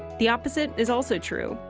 the opposite is also true.